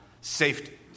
safety